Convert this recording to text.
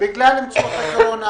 זה נשמע נורמלי?